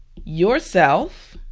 yourself